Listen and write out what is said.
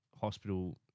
hospital